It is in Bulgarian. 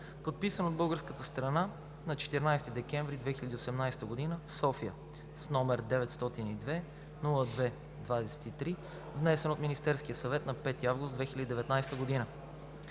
подписан от българската страна на 14 декември 2018 г. в София., № 902-02-23, внесен от Министерския съвет на 5 август 2019 г.